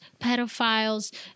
pedophiles